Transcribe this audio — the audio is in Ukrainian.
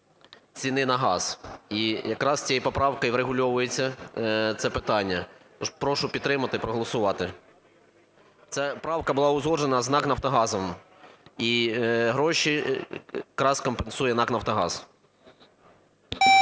ціни на газ. І якраз цією поправкою врегульовується це питання. Тож прошу підтримати, проголосувати. Це правка була узгоджена з НАК "Нафтогазом", і гроші якраз компенсує НАК "Нафтогаз".